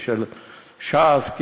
ושל ש"ס,